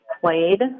played